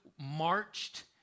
marched